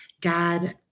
God